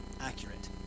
accurate